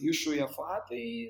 iš uefa tai